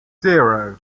zero